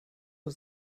uhr